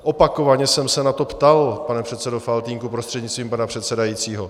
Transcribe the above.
Opakovaně jsem se na to ptal, pane předsedo Faltýnku prostřednictvím pana předsedajícího.